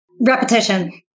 Repetition